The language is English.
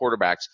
quarterbacks